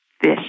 fish